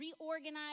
reorganize